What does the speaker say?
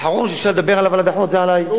האחרון שאפשר לדבר עליו על הדחות זה עלי,